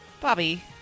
Bobby